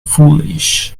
foolish